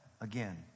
again